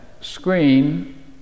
screen